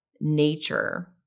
nature